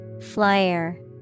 Flyer